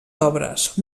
obres